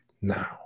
now